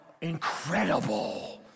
Incredible